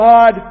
God